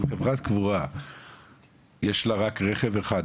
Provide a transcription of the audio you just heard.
אם חברת קבורה יש לה רק רכב אחד,